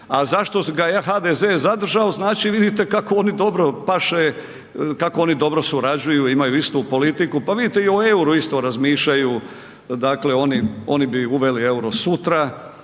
A zašto ga je HDZ zadržao, znači vidite kako oni dobro paše, kako oni dobro surađuju, imaju istu politiku pa vidite i o euru isto razmišljaju. Dakle oni bi uveli euro sutra